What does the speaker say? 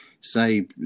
say